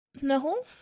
no